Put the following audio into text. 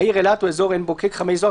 העיר אילת או אזור עין בוקק-חמי זוהר.